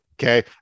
Okay